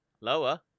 Lower